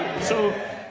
so,